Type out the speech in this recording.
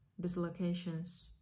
dislocations